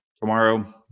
tomorrow